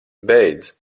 beidz